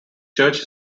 church